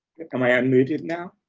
i unmuted now?